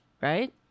right